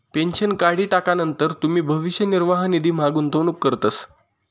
pension काढी टाकानंतर तुमी भविष्य निर्वाह निधीमा गुंतवणूक करतस